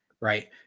right